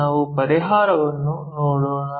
ನಾವು ಪರಿಹಾರವನ್ನು ನೋಡೋಣ